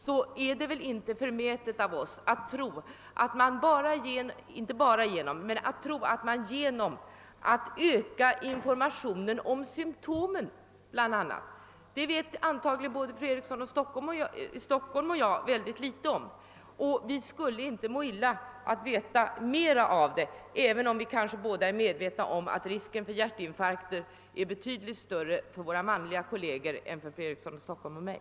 Det är väl då inte förmätet av oss att tro att vi inte skulle må illa av att veta mer om hjärtinfarktsymtomen — dem vet antagligen både fru Eriksson i Stockholm och jag mycket litet om — kanske beroende på att risken för hjärtinfarkt statistiskt sett är betydligt större för våra manliga kolleger än för fru Eriksson i Stockholm och mig.